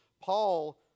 Paul